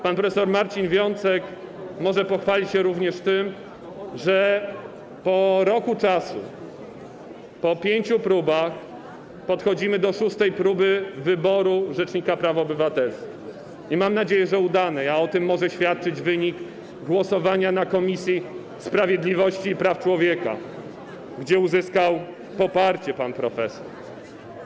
Pan prof. Marcin Wiącek może pochwalić się również tym, że po roku, po pięciu próbach podchodzimy do szóstej próby wyboru rzecznika praw obywatelskich, mam nadzieję, że udanej, a o tym może świadczyć wynik głosowania w Komisji Sprawiedliwości i Praw Człowieka, gdzie pan profesor uzyskał poparcie.